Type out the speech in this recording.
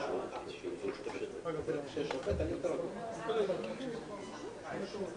שוב את